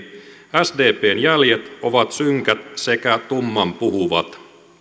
sdpn jäljet ovat synkät sekä tummanpuhuvat